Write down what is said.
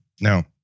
Now